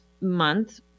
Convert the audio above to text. month